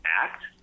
act